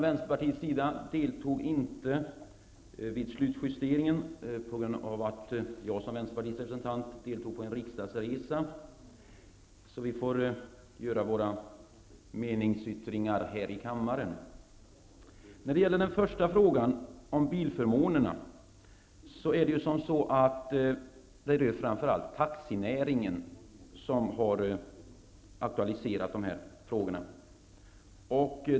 Vänsterpartiet deltog inte vid slutjusteringen på grund av att jag som representant för Vänsterpartiet just då var ute på en riksdagsresa. Vi får därför ta upp våra meningsyttringar här i kammaren. När det gäller den första frågan, som alltså gäller bilförmånerna, handlar det framför allt om taxinäringen.